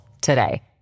today